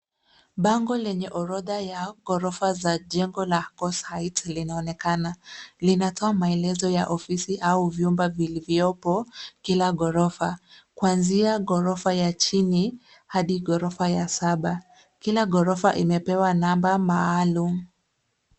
Bango lenye orodha ya ghorofa za jengo la Kos Heights linaonekana. Linatoa maelezo ya ofisi au vyumba vilivyopo kila ghorofa, kuanzia ghorofa ya chini hadi ghorofa ya saba. Kila ghorofa imepewa namba maalum.